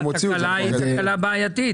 תקלה בחשמל היא תקלה בעייתית.